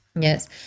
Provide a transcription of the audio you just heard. yes